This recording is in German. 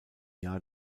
jahr